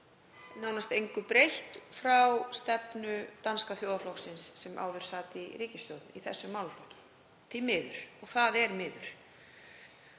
nánast engu breytt frá stefnu danska þjóðarflokksins sem áður sat í ríkisstjórn í þessum málaflokki, því miður. Og það er miður.